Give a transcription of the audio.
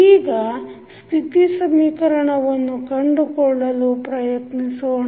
ಈಗ ಸ್ಥಿತಿ ಸಮೀಕರಣವನ್ನು ಕಂಡುಕೊಳ್ಳಲು ಪ್ರಯತ್ನಿಸೋಣ